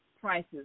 prices